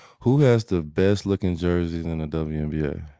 who has the best looking jerseys in and the wnba?